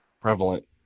prevalent